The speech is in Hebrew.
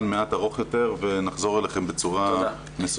מעט ארוך יותר ונחזור אליכם בצורה מסודרת.